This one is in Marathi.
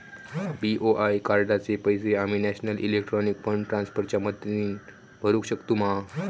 बी.ओ.आय कार्डाचे पैसे आम्ही नेशनल इलेक्ट्रॉनिक फंड ट्रान्स्फर च्या मदतीने भरुक शकतू मा?